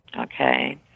Okay